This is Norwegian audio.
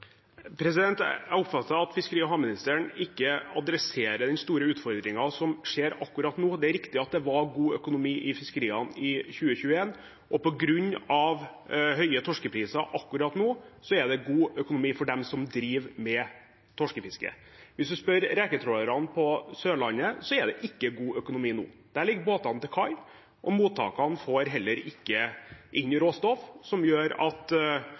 Jeg oppfatter at fiskeri- og havministeren ikke tar tak i den store utfordringen som skjer akkurat nå. Det er riktig at det var god økonomi i fiskeriene i 2021, og på grunn av høye torskepriser akkurat nå er det god økonomi for de som driver med torskefiske. Hvis man spør reketrålerne på Sørlandet, er det ikke god økonomi nå. Der ligger båtene til kai, og mottakene får heller ikke inn råstoff, noe som gjør at